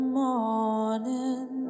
morning